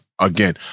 again